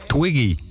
Twiggy